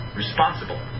responsible